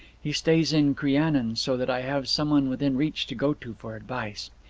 he stays in crianan, so that i have some one within reach to go to for advice.